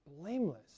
blameless